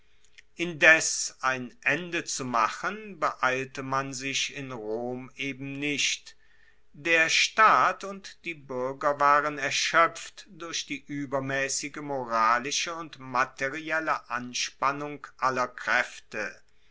indes ein ende zu machen beeilte man sich in rom eben nicht der staat und die buerger waren erschoepft durch die uebermaessige moralische und materielle anspannung aller kraefte